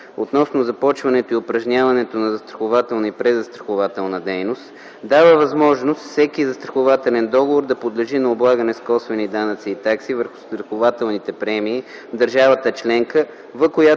относно започването и упражняването на застрахователна и презастрахователна дейност дава възможност всеки застрахователен договор да подлежи на облагане с косвени данъци и такси върху застрахователните премии в държавата – членка, в която